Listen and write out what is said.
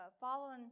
...following